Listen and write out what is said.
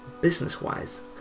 business-wise